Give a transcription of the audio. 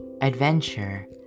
adventure